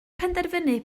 penderfynu